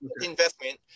investment